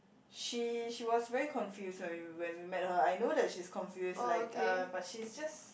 she she was very confused when we when we met her I know that she's confused like uh but she's just